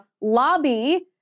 lobby